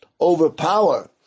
overpower